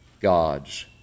God's